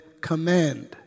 command